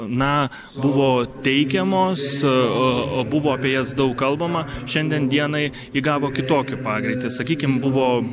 na buvo teikiamos o buvo apie jas daug kalbama šiandien dienai įgavo kitokį pagrieitį sakykim buvo